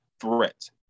threat